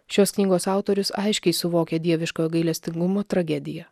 šios knygos autorius aiškiai suvokė dieviškojo gailestingumo tragediją